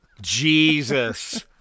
Jesus